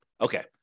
Okay